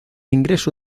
ingreso